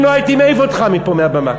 אם לא, הייתי מעיף אותך מפה, מהבמה.